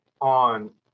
on